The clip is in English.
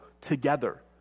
together